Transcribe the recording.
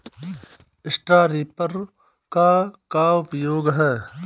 Straw reaper क का उपयोग ह?